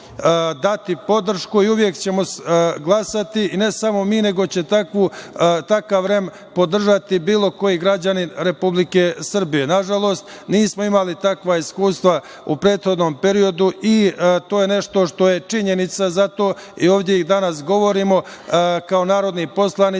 dati podršku i uvek ćemo glasati, ne samo mi, nego će takav REM podržati bilo koji građanin Republike Srbije. Nažalost, nismo imali takva iskustva u prethodnom periodu i to je nešto što je činjenica, zato ovde i danas ovde govorimo kao narodni poslanici